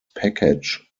package